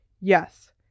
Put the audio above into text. Yes